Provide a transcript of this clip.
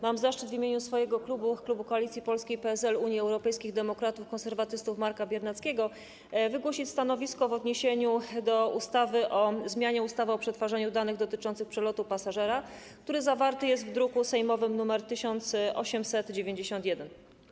Mam zaszczyt w imieniu swojego klubu, klubu Koalicji Polskiej - PSL, Unii Europejskich Demokratów, Konserwatystów Marka Biernackiego, wygłosić stanowisko w odniesieniu do projektu ustawy o zmianie ustawy o przetwarzaniu danych dotyczących przelotu pasażera, który zawarty jest w druku sejmowym nr 1891.